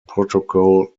protocol